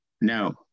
No